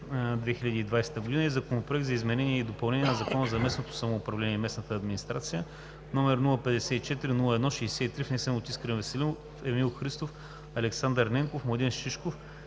2020 г., и Законопроект за изменение и допълнение на Закона за местното самоуправление и местната администрация, № 054-01-63, внесен от Искрен Веселинов, Емил Христов, Александър Ненков и Младен Шишков